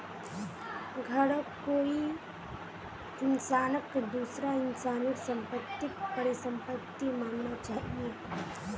घरौंक कोई इंसानक दूसरा इंसानेर सम्पत्तिक परिसम्पत्ति मानना चाहिये